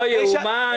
לא ייאמן כי יסופר.